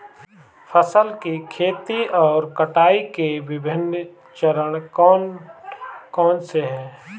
फसल की खेती और कटाई के विभिन्न चरण कौन कौनसे हैं?